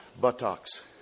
buttocks